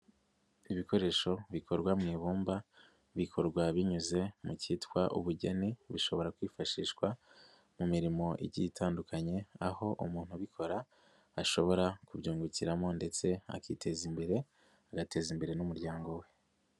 ibikoresho bikorwa mu ibumba, bikorwa binyuze mu cyitwa ubugeni, bishobora kwifashishwa mu mirimo igi itandukanye, aho umuntu ubikora ashobora kubyungukiramo ndetse akiteza imbere, agateza imbere n'umuryango we.